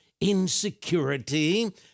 insecurity